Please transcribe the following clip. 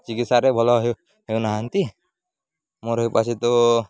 ଚିକିତ୍ସାରେ ଭଲ ହେଉନାହାନ୍ତି ମୋର ତ